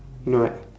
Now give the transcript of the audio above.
you know right